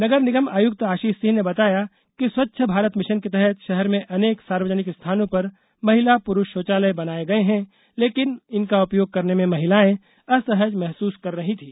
नगर निगम आयुक्त आषीष सिंह ने बताया कि स्वच्छ भारत मिषन के तहत षहर में अनेक सार्वजनिक स्थानों पर महिला पुरुष षौचालय बनाए गए हैं लेकिन इनका उपयोग करने में महिलाएं असहज महसूस कर रहीं थी